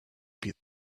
pit